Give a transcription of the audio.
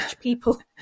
people